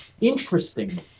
interesting